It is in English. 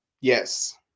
Yes